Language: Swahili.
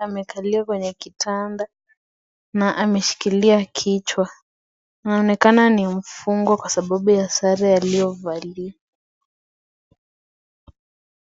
amevalia kwenye kitanda na ameshikilia kichwa anaonekana mfungwa Kwa Sare alizovalia.